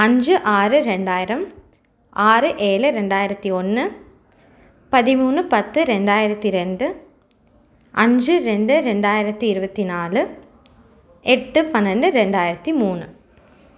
அஞ்சு ஆறு ரெண்டாயிரம் ஆறு ஏழு ரெண்டாயிரத்தி ஒன்று பதிமூணு பத்து ரெண்டாயிரத்தி ரெண்டு அஞ்சு ரெண்டு ரெண்டாயிரத்தி இருபத்தி நாலு எட்டு பன்னெண்டு ரெண்டாயிரத்தி மூணு